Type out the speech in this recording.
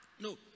no